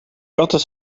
katten